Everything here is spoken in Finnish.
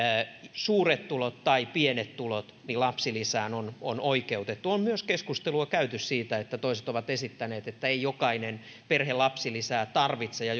suuret tulot tai pienet tulot niin lapsilisään on on oikeutettu on myös keskustelua käyty siitä että toiset ovat esittäneet että ei jokainen perhe lapsilisää tarvitse ja